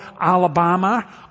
Alabama